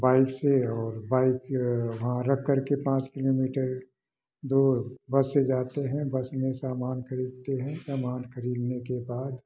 bike से और bike वहाँ रख कर के पाँच किलोमीटर दूर बस से जाते हैं बस में सामान खरीदते हैं सामान खरीदने के बाद